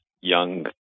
young